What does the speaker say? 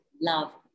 love